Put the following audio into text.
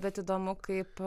bet įdomu kaip